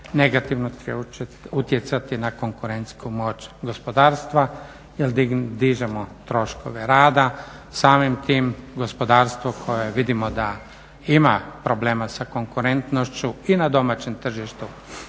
negativno će utjecati na konkurentsku moć gospodarstva jer dižemo troškove rada. Samim tim gospodarstvo koje vidimo da ima problema sa konkurentnošću i na domaćem tržištu